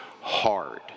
hard